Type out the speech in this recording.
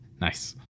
Nice